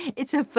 it's ah